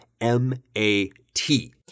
M-A-T